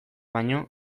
baino